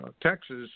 Texas